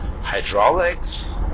hydraulics